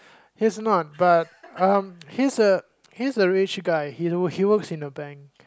he's not but um he's a he's a rich guy he works in a bank